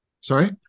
Sorry